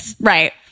right